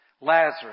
Lazarus